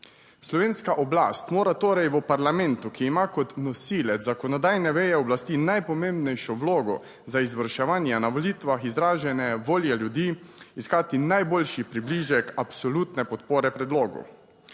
Slovenska oblast mora torej v parlamentu, ki ima kot nosilec zakonodajne veje oblasti najpomembnejšo vlogo za izvrševanje na volitvah izražene volje ljudi, iskati najboljši približek absolutne podpore predlogu,